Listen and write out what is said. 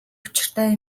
учиртай